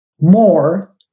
more